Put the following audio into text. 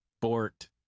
Bort